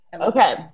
Okay